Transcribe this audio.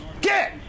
Get